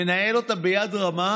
מנהל אותה ביד רמה,